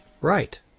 Right